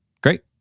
Great